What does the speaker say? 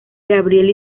gabriel